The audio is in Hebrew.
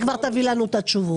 היא כבר תביא לנו את התשובות.